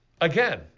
again